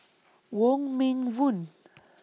Wong Meng Voon